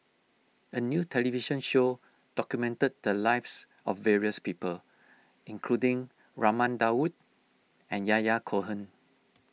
a new television show documented the lives of various people including Raman Daud and Yahya Cohen